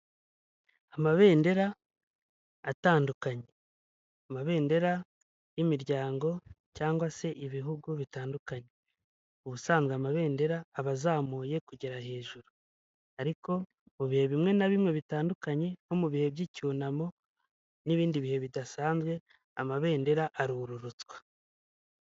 Amabendera atandukanye amabendera y'imiryango cyangwa se ibihugu bitandukanye, ubusanzwe amabendera aba azamuye kugera hejuru ariko mu bihe bimwe na bimwe bitandukanye nko mu bihe by'icyunamo n'ibindi bihe bidasanzwe amabendera arurutswa.